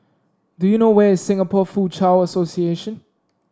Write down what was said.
do you know where is Singapore Foochow Association